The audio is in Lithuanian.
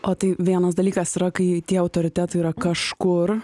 o tai vienas dalykas yra kai tie autoritetai yra kažkur